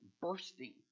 bursting